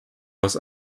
was